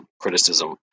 criticism